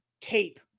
tape